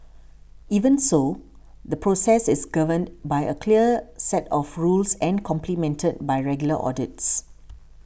even so the process is governed by a clear set of rules and complemented by regular audits